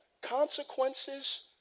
Consequences